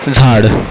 झाड